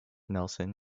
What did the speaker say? nelson